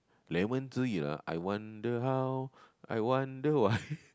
lemon tree lah I wonder how I wonder why